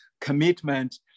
commitment